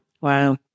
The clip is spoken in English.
Wow